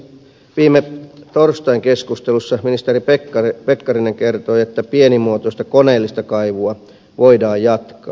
viime torstain keskustelussa ministeri pekkarinen kertoi että pienimuotoista koneellista kaivua voidaan jatkaa